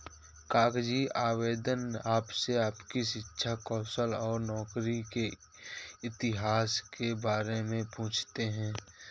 कागजी आवेदन आपसे आपकी शिक्षा, कौशल और नौकरी के इतिहास के बारे में पूछते है